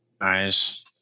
Nice